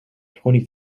twenty